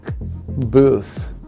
booth